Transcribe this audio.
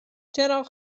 چراغ